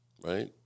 right